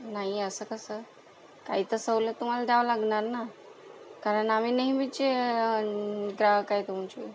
नाही असं कसं काही तर सवलत तुम्हाला द्यावं लागणार ना कारण आम्ही नेहमीचे ग्राहक आहे तुमचे